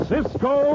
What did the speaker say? Cisco